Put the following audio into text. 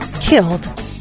killed